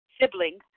siblings